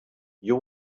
you